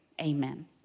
Amen